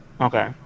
Okay